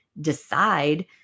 decide